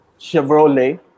Chevrolet